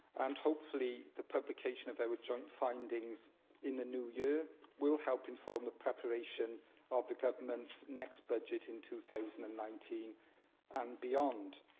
and hopefully the publication of our joint findings in the new year will help inform the preparation of the government's next budget in two thousand and nineteen and beyond.